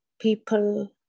people